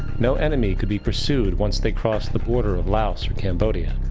no enemy could be pursued once they crossed the border of laos or cambodia.